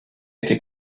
été